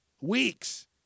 Weeks